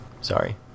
Sorry